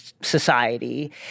society